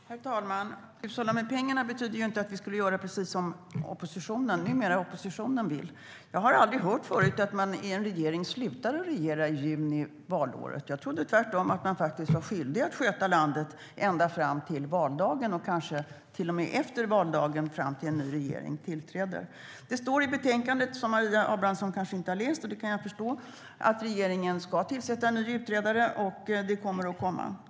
Herr ålderspresident! Att hushålla med pengarna betyder inte att vi ska göra precis som de som numera är opposition vill. Jag har aldrig hört förut att man i en regering slutar att regera i juni valåret. Jag trodde tvärtom att man var skyldig att sköta landet ända fram till valdagen och kanske till och med efter valdagen fram tills en ny regering tillträder. Det står i betänkandet - som Maria Abrahamsson kanske inte har läst, och det kan jag förstå - att regeringen ska tillsätta en ny utredare. Det kommer att komma.